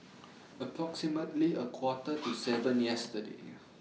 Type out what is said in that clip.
approximately A Quarter to seven yesterday